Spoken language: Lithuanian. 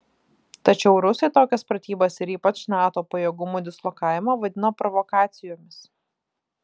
tačiau rusai tokias pratybas ir ypač nato pajėgumų dislokavimą vadina provokacijomis